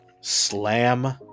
Slam